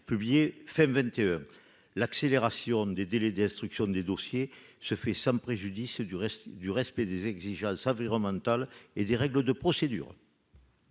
publié fin 21 l'accélération des délais d'instruction des dossiers se fait sans préjudice du reste du respect des exigences environnementales et des règles de procédure.